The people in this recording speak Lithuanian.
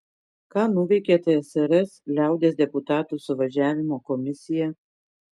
ką nuveikė tsrs liaudies deputatų suvažiavimo komisija